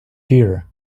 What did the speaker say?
here